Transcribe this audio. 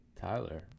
Tyler